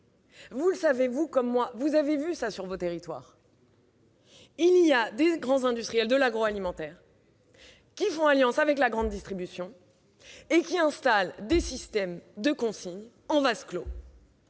Vous le savez comme moi, car vous l'avez vu sur vos territoires. De grands industriels du secteur agroalimentaire font alliance avec la grande distribution et installent des systèmes de consigne en vase clos,